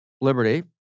Liberty